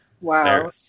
Wow